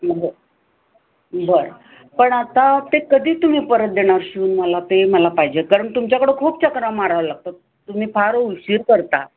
बरं बरं पण आता ते कधी तुम्ही परत देणार शिवून मला ते मला पाहिजे कारण तुमच्याकडं खूप चकरा मारावं लागतं तुम्ही फार उशीर करता